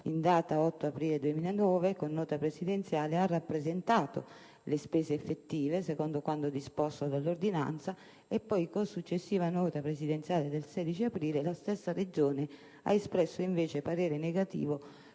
in data 8 aprile 2009, ha rappresentato le proprie spese effettive secondo quanto disposto dall'ordinanza e poi, con successiva nota presidenziale del 16 aprile, la stessa Regione ha espresso invece parere negativo